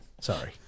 Sorry